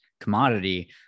commodity